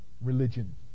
religion